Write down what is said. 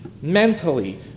mentally